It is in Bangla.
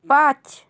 পাঁচ